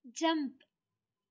jump